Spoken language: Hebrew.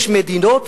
יש מדינות,